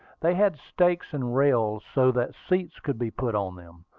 they had stakes and rails, so that seats could be put on them.